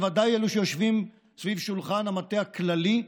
בוודאי אלו שיושבים סביב שולחן המטה הכללי,